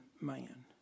man